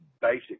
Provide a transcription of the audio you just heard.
basic